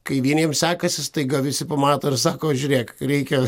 kai vieniems sekasi staiga visi pamato ir sako žiūrėk reikia